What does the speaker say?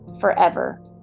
forever